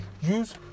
use